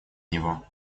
него